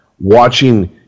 watching